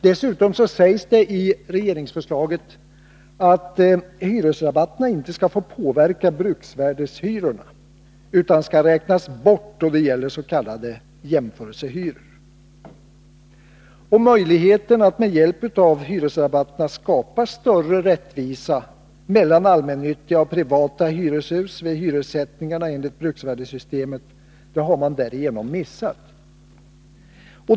Dessutom sägs det i regeringsförslaget att hyresrabatterna inte skall få påverka bruksvärdeshyrorna, utan de skall räknas bort då det gäller s.k. jämförelsehyror. Möjligheten att med hjälp av hyresrabatterna skapa större rättvisa mellan allmännyttiga och privata hyreshus vid hyressättningar enligt bruksvärdessystemet har man därigenom missat.